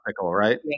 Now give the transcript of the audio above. right